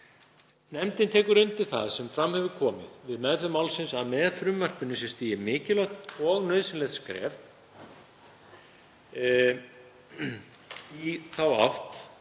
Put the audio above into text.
Nefndin tekur undir það sem fram hefur komið við meðferð málsins að með frumvarpinu sé stigið mikilvægt og nauðsynlegt skref í átt